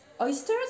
Oysters